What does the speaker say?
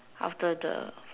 after the